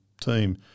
team